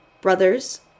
brothers